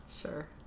Sure